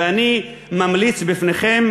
ואני ממליץ בפניכם,